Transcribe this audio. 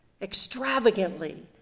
extravagantly